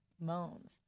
moans